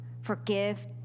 Forgive